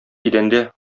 идәндә